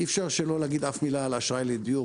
אי אפשר שלא להגיד אף מילה על האשראי לדיור.